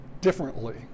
differently